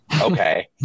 okay